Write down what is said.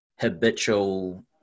habitual